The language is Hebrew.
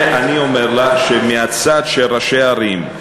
אני אומר לךְ שמהצד של ראשי ערים,